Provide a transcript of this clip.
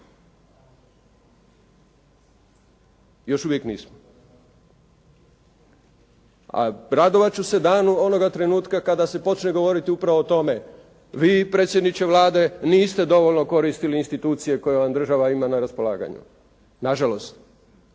Još uvijek nismo. A radovat ću se danu onoga trenutka kada se počne govoriti upravo o tome. Vi, predsjedniče Vlade, niste dovoljno koristili institucije koje vam država ima na raspolaganju. Nažalost.